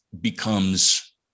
becomes